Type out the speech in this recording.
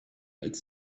als